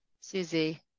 Susie